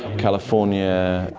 california,